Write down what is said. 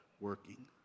working